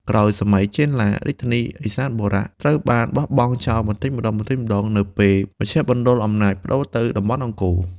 ក្រោយសម័យចេនឡា រាជធានីឦសានបុរៈត្រូវបានបោះបង់ចោលបន្តិចម្តងៗនៅពេលមជ្ឈមណ្ឌលអំណាចប្តូរទៅតំបន់អង្គរ។